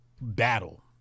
battle